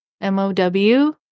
M-O-W